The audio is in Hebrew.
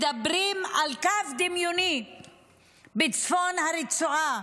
מדברים על קו דמיוני בצפון הרצועה